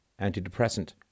antidepressant